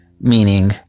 Meaning